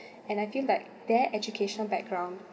and I feel like their educational background